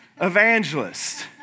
evangelist